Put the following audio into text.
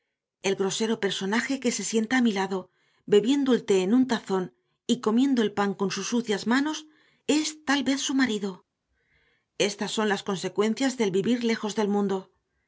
el grosero personaje que se sienta a mi lado bebiendo el té en un tazón y comiendo el pan con sus sucias manos es tal vez su marido estas son las consecuencias del vivir lejos del mundo